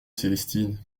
célestine